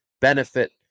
benefit